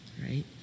right